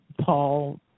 Paul